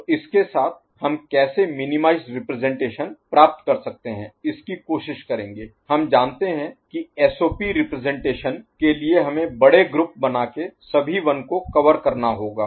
तो इसके साथ हम कैसे मिनीमाइजड रिप्रजेंटेशन प्राप्त कर सकते हैं इसकी कोशिश करेंगे हम जानते हैं की SOP रिप्रजेंटेशन के लिए हमें बड़े ग्रुप Group समूह बना के सभी 1s को कवर करना होगा